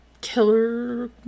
killer